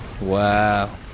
Wow